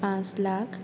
পাঁচ লাখ